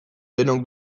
denok